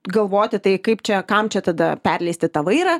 galvoti tai kaip čia kam čia tada perleisti tą vairą